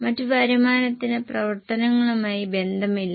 മറ്റ് വരുമാനത്തിന് പ്രവർത്തനങ്ങളുമായി ബന്ധമില്ല